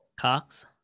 Cox